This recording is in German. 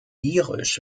irisch